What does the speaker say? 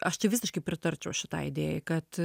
aš čia visiškai pritarčiau šitai idėjai kad